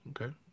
Okay